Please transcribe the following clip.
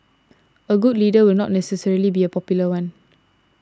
a good leader will not necessarily be a popular one